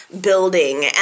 building